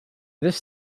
this